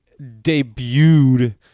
debuted